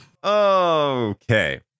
Okay